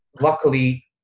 Luckily